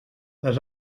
les